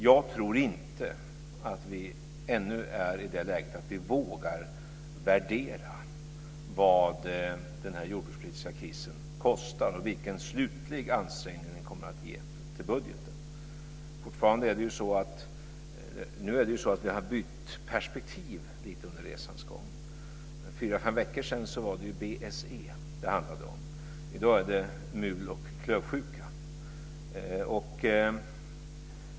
Jag tror inte att vi ännu är i det läget att vi vågar värdera vad den jordbrukspolitiska krisen kostar och vilken slutlig ansträngning den kommer att ge till budgeten. Nu har vi bytt perspektiv lite under resans gång. För fyra fem veckor sedan var det BSE det handlade om. I dag är det mul och klövsjuka.